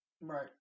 Right